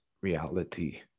reality